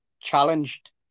challenged